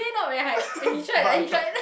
but I tried